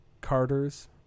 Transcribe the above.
Carter's